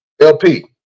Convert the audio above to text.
LP